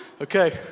okay